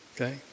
Okay